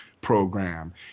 program